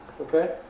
Okay